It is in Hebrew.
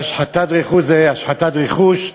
והשחתת רכוש זו השחתת רכוש,